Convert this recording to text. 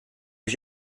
ich